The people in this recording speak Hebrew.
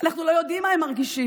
אנחנו לא יודעים מה הם מרגישים.